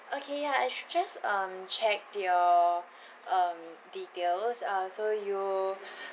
okay ya I should just um check your um details uh so you